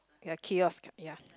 ya kiosk cart ya